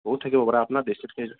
বহুত থাকিব পাৰে আপোনাৰ দৃষ্টিত কেইজন